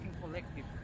collective